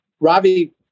Ravi